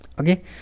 okay